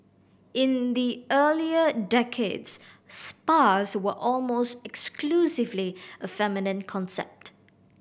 in the earlier decades spas were almost exclusively a feminine concept